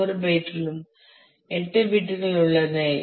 ஒவ்வொரு பைட்டிலும் 8 பிட்கள் உள்ளன